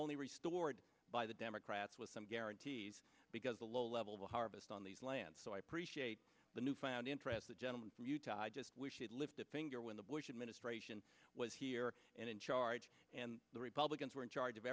only restored by the democrats with some guarantees because the low level of the harvest on these lands so i appreciate the newfound interest the gentleman from utah i just lift a finger when the bush administration was here in charge and the republicans were in charge of